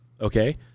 okay